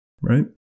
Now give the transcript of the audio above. right